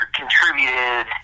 contributed